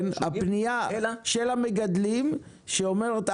הפנייה של המגדלים שאומרת,